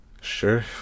Sure